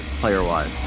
player-wise